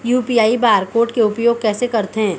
UPI bar code के उपयोग कैसे करथें?